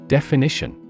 Definition